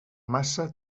massa